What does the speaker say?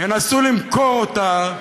ינסו למכור אותה